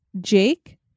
Jake